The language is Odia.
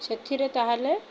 ସେଥିରେ ତା'ହେଲେ